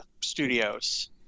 studios